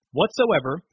whatsoever